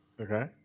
Okay